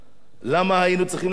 למה היינו צריכים להגיע לזה?